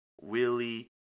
Willie